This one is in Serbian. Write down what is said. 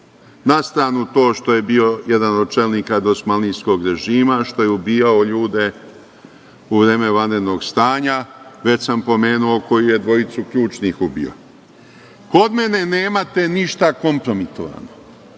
Na stranu to što je bio jedan od čelnika dosmanlijskog režima, što je ubijao ljude u vreme vanrednog stanja, već sam pomenuo koju je dvojicu ključnih ubio. Kod mene nemate ništa kompromitovano.